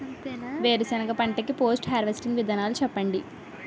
వేరుసెనగ పంట కి పోస్ట్ హార్వెస్టింగ్ విధానాలు చెప్పండీ?